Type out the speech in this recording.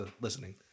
listening